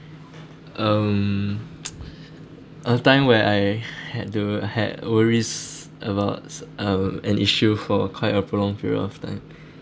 I had to had worries about um an issue for quite a prolonged period of time so